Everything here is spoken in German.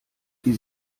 die